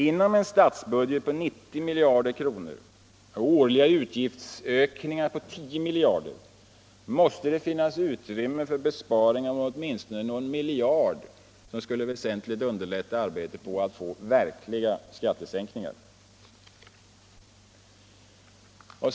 Inom en statsbudget om 90 miljarder kronor och årliga utgiftsökningar på 10 miljarder kronor måste det finnas utrymme för besparingar om åtminstone någon miljard, vilket skulle väsentligt underlätta arbetet på att få verkliga skattesänkningar. 5.